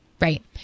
Right